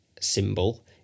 symbol